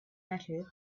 metal